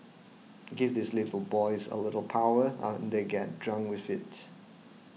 give these little boys a little power and they get drunk with it